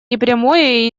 непрямое